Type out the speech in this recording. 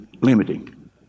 limiting